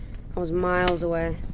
was miles away.